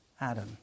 Adam